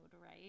right